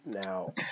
Now